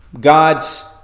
God's